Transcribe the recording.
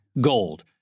gold